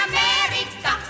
America